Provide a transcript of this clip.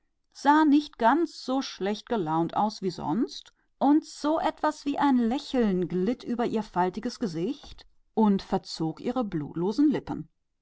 sah nicht ganz so übellaunig aus wie gewöhnlich und etwas wie ein frostiges lächeln glitt über ihre runzliges gesicht und ihre dünnen blutlosen lippen